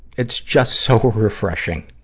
it's just so refreshing.